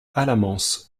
alamans